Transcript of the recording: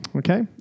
Okay